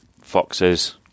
foxes